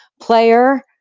player